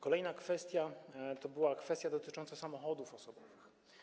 Kolejna kwestia to kwestia dotycząca samochodów osobowych.